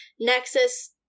Nexus